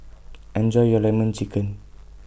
Enjoy your Lemon Chicken